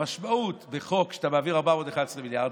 המשמעות היא בחוק שאתה מעביר 411 מיליארד.